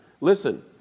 Listen